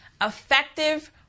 effective